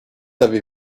avez